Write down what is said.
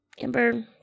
Amber